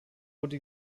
wurde